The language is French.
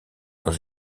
dans